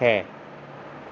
ਹੈ